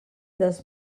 des